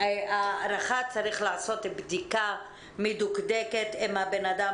הארכה צריך לעשות בדיקה מדוקדקת אם הבן אדם